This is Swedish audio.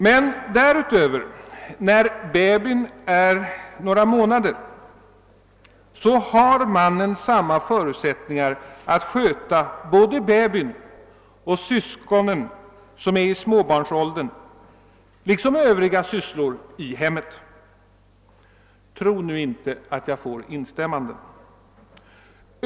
Men därutöver, när babyn är några månader, så har mannen samma förutsättningar att sköta både babyn och syskon som är i småbarnsåldern liksom övriga sysslor i hemmet. Tro nu inte att jag får instämmanden!